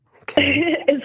okay